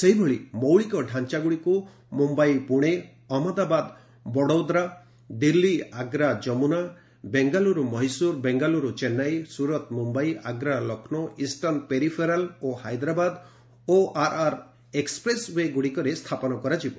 ସେହିଭଳି ମୌଳିକ ଡ଼ାଞ୍ଚାଗୁଡ଼ିକୁ ମୁମ୍ବାଇ ପୁଣେ ଅହମ୍ମଦାବାଦ ବଡୌଦ୍ରା ଦିଲ୍ଲୀ ଆଗ୍ରା ଯମୁନା ବେଙ୍ଗାଲୁରୁ ମହୀଶୂର ବେଙ୍ଗାଲୁରୁ ଚେନ୍ନାଇ ସୁରତ ମୁୟାଇ ଆଗ୍ରା ଲକ୍ଷ୍ନୌ ଇଷ୍ଟର୍ଣ୍ଣ ପେରିଫେରାଲ୍ ଓ ହାଇଦ୍ରାବାଦ ଓଆର୍ଆର୍ ଏକ୍ସପ୍ରେସ୍ଓ୍ୱେ ଗୁଡ଼ିକରେ ସ୍ଥାପନ କରାଯିବ